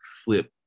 flip